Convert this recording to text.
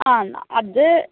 ആ അത്